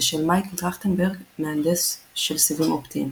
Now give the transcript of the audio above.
ושל מייקל טרכטנברג, מהנדס של סיבים אופטיים.